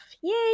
Yay